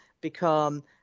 become